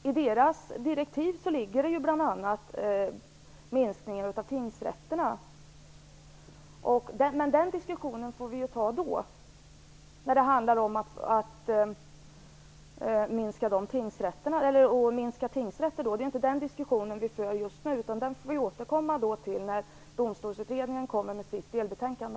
I deras direktiv finns bl.a. en minskning av tingsrätterna. Men diskussionen om att minska tingsrätterna får vi ju ta då. Det är inte den diskussionen vi för just nu. Den får vi återkomma till när Domstolsutredningen kommer med sitt delbetänkande.